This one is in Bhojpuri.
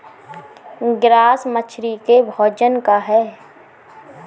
ग्रास मछली के भोजन का ह?